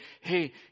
Hey